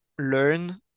learn